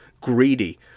greedy